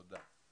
תודה.